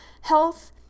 health